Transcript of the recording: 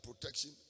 protection